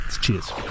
cheers